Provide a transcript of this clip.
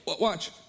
watch